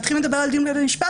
כשמתחילים לדבר על דיון בבית משפט,